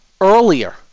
Earlier